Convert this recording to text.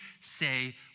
say